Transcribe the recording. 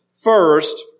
first